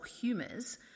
humours